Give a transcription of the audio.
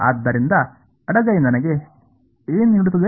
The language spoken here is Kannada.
ಆದ್ದರಿಂದ ಎಡಗೈ ನನಗೆ ಏನು ನೀಡುತ್ತದೆ